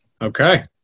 Okay